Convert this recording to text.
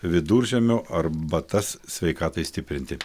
viduržiemio arbatas sveikatai stiprinti